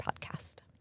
podcast